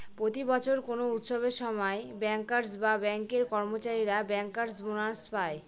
প্রতি বছর কোনো উৎসবের সময় ব্যাঙ্কার্স বা ব্যাঙ্কের কর্মচারীরা ব্যাঙ্কার্স বোনাস পায়